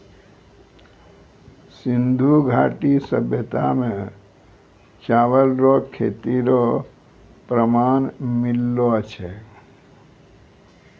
सिन्धु घाटी सभ्यता मे चावल रो खेती रो प्रमाण मिललो छै